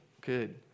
Good